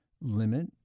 limit